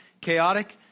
chaotic